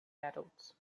adults